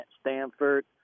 Stanford